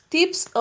Tips